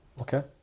Okay